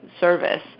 service